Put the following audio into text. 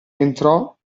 entrò